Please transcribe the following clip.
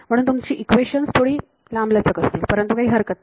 म्हणून तुमची इक्वेशन्स थोडी लांब असतील परंतु काही हरकत नाही